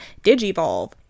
Digivolve